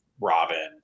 Robin